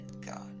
God